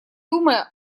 думая